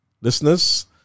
Listeners